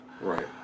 Right